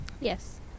Yes